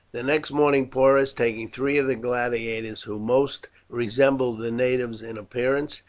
the next morning porus, taking three of the gladiators who most resembled the natives in appearance,